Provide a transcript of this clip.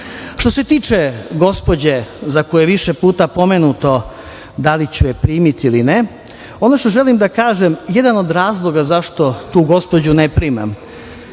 se tiče gospođe za koju je više puta pomenuto da li ću je primiti ili ne, ono što želim da kažem, a jedan od razloga zašto tu gospođu ne primam